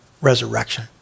resurrection